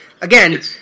Again